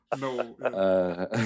No